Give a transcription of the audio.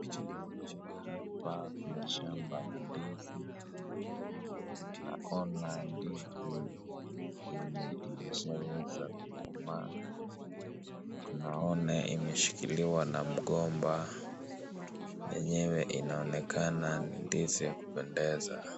Hapa kuna shamba la ndizi naona ndizi yenye imeshaweza kukomaa tunaona imeshikiliwa na mgomba enyewe inaonekana ni ndizi ya kupendeza.